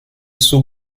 sous